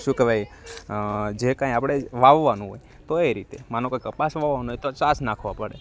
શું કેવાય જે કાંઈ આપડે વાવવાનું હોય તો એ રીતે માનો કે કપાસ વાવવાનું હોય તો ચાસ નાખવો પડે